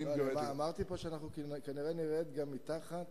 אמרתי פה שאנחנו כנראה נרד גם מתחת